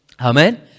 amen